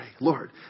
Lord